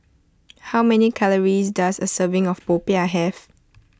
how many calories does a serving of Popiah have